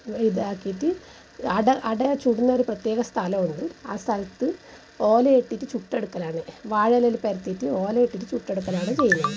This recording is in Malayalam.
ഇതാക്കിയിട്ട് അട അട ചുടുന്ന ഒരു പ്രത്യേക സ്ഥലമുണ്ട് ആ സ്ഥലത്ത് ഓലയിട്ടിട്ട് ചുട്ടെടുക്കലാണ് വാഴയിലയിൽ പരത്തിയിട്ട് ഓല ഇട്ടിട്ട് ചുട്ടെടുക്കലാണ് ചെയ്യുന്നത്